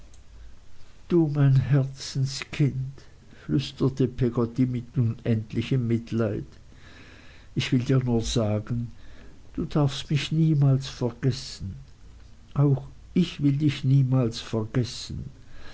du mein herzenskind flüsterte peggotty mit unendlichem mitleid ich will dir nur sagen du darfst mich niemals vergessen auch ich will dich niemals vergessen